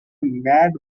mad